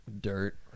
dirt